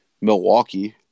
Milwaukee